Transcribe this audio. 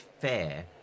fair